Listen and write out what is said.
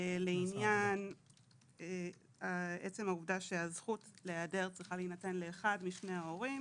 לעניין עצם העובדה שהזכות להיעדר צריכה להינתן לאחד משני ההורים.